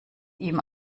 ihm